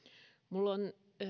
minulla on